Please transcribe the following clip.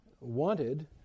wanted